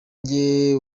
njye